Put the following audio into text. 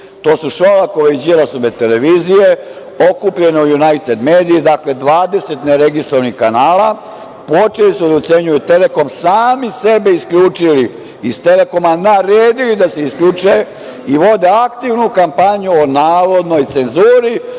to su Šolakove i Đilasove televizije, okupljene u „Junajted mediji“, dakle 20 neregistrovanih kanala, počeli su da ucenjuju „Telekom“, sami sebi isključili iz „Telekoma“, naredili da se isključe i vode aktivnu kampanju o navodnoj cenzuri